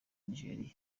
nigeria